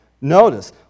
Notice